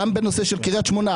בקרית שמונה,